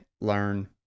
learn